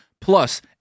plus